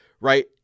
right